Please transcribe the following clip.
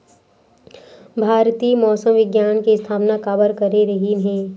भारती मौसम विज्ञान के स्थापना काबर करे रहीन है?